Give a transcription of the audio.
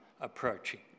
approaching